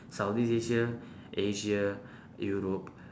southeast asia asia europe